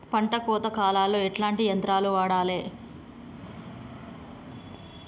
పంట కోత కాలాల్లో ఎట్లాంటి యంత్రాలు వాడాలే?